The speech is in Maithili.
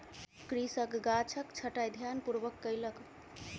कृषक गाछक छंटाई ध्यानपूर्वक कयलक